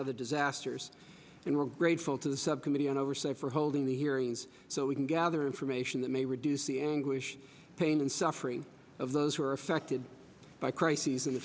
other disasters and we're grateful to the subcommittee on oversight for holding the hearings so we can gather information that may reduce the anguish pain and suffering of those who are affected by crises in the